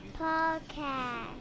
podcast